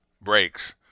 breaks